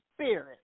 spirit